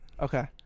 okay